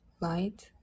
light